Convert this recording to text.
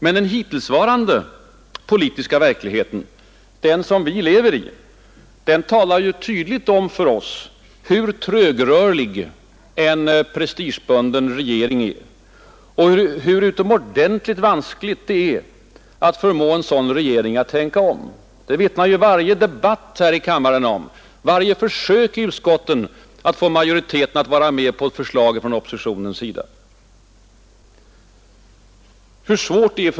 Men den hittillsvarande politiska verkligheten, den som vi lever i, talar tydligt om för oss hur trögrörlig en prestigebunden regering är och hur utomordentligt vanskligt det är att förmå en sådan regering att tänka om, att göra nya prioriteringar och värderingar. Det vittnar varje debatt här i kammaren om, varje försök i utskotten att få majoriteten att vara med på förslag från oppositionens sida.